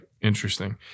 Interesting